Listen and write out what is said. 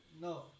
No